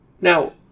Now